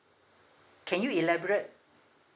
can you elaborate